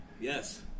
Yes